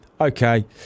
okay